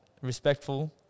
respectful